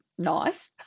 nice